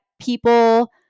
people